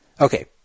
Okay